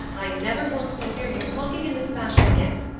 i never want to hear you talking in this fashion again.